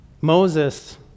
Moses